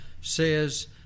says